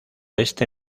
este